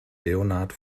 leonhard